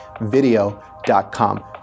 video.com